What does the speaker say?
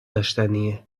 داشتنیه